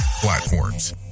platforms